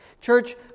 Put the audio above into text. Church